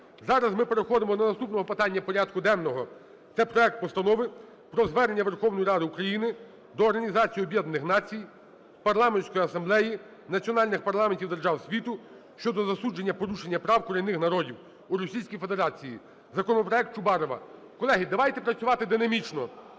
Зараз ми переходимо до наступного питання порядку денного. Це проект Постанови про Звернення Верховної Ради України до Організації Об'єднаних Націй, Парламентської Асамблеї, національних парламентів держав світу щодо засудження порушення прав корінних народів у Російській Федерації. Законопроект Чубарова. Колеги, давайте працювати динамічно.